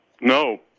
No